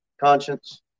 conscience